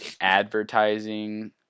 advertising